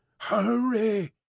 Hurry